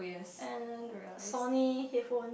and Sony headphone